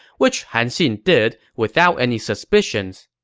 which han xin did without any suspicions.